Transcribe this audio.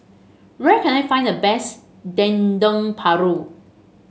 where can I find the best Dendeng Paru